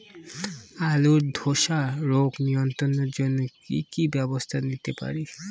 আলুর ধ্বসা রোগ নিয়ন্ত্রণের জন্য কি কি ব্যবস্থা নিতে পারি?